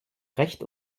recht